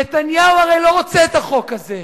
נתניהו אינו רוצה את החוק הזה.